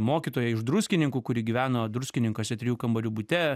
mokytoja iš druskininkų kuri gyveno druskininkuose trijų kambarių bute